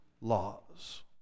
laws